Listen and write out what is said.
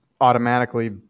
automatically